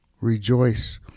Rejoice